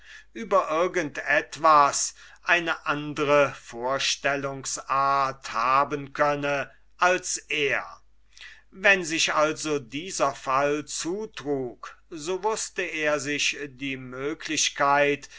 über irgend etwas eine andre vorstellungsart haben könne als er wenn sich also dieser fall zutrug so wußte er sich die möglichkeit